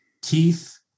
teeth